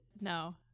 No